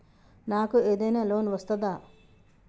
నాకు ఏదైనా లోన్ వస్తదా?